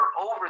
over